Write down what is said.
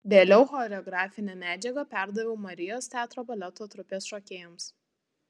vėliau choreografinę medžiagą perdaviau marijos teatro baleto trupės šokėjams